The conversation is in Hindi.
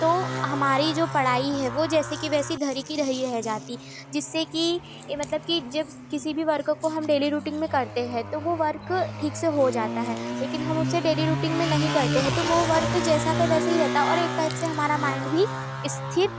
तो हमारी जो पढ़ाई है वह जैसे कि वैसी धरी की रही रह जाती जिससे कि कि मतलब कि जब किसी भी वर्क को हम डेली रूटिंग में करते है तो वो वर्क ठीक से हो जाता है लेकिन हम उसे डेली रूटिंग में नहीं करते हैं तो वो वर्क जैसा का वैसा ही रहता और एक टाइप से हमारा माइंड भी स्थिर